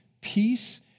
peace